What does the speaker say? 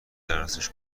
درستش